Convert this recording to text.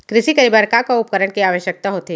कृषि करे बर का का उपकरण के आवश्यकता होथे?